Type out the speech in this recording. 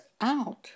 out